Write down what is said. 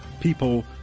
people